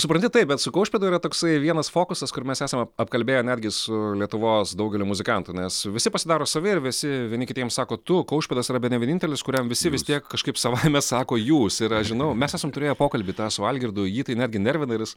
supranti taip bet su kaušpėdu yra toksai vienas fokusas kur mes esam ap apkalbėję netgi su lietuvos daugeliu muzikantų nes visi pasidaro savi ir visi vieni kitiems sako tu kaušpėdas yra bene vienintelis kuriam visi vis tiek kažkaip savaime sako jūs ir aš žinau mes esam turėję pokalbį su algirdu jį tai netgi nervina ir jis